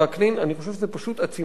אני חושב שזאת פשוט עצימת עיניים,